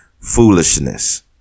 foolishness